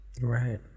right